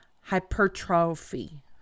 hypertrophy